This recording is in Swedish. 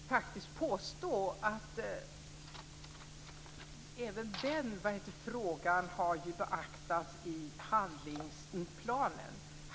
Herr talman! Jag vill faktiskt påstå att även den frågan har beaktats i handlingsplanen.